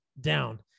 down